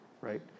right